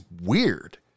weird